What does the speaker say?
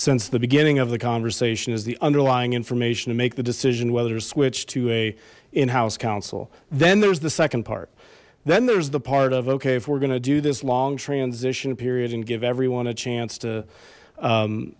since the beginning of the conversation is the underlying information to make the decision whether to switch to a in house counsel then there's the second part then there's the part of okay if we're gonna do this long transition period and give everyone a chance to